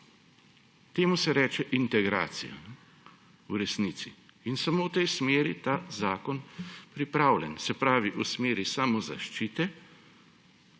Temu se reče integracija v resnici in samo v tej smeri je ta zakon pripravljen. Se pravi, v smeri samozaščite